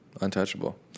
untouchable